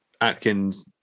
Atkins